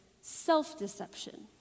self-deception